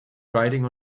riding